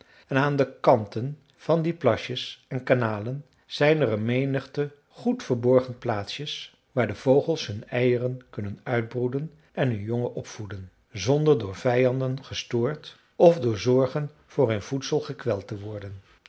en aan de kanten van die plasjes en kanalen zijn er een menigte goed verborgen plaatsjes waar de vogels hun eieren kunnen uitbroeden en hun jongen opvoeden zonder door vijanden gestoord of door zorgen voor hun voedsel gekweld te worden